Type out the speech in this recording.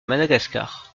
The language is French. madagascar